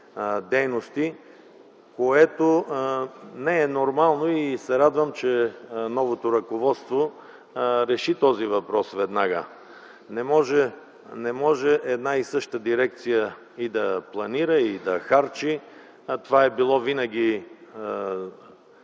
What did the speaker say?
дирекция, което не е нормално. Радвам се, че новото ръководство реши този въпрос веднага - не може една и съща дирекция и да планира, и да харчи. Това винаги